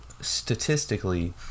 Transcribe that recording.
statistically